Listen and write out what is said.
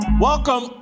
Welcome